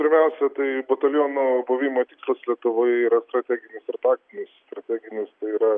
pirmiausia tai bataliono buvimo tikslas lietuvoje yra strateginis ir taktinis strateginius tai yra